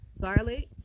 garlic